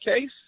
case